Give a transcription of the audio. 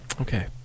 Okay